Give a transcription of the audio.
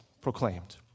proclaimed